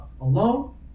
alone